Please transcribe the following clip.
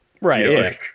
Right